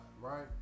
right